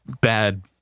bad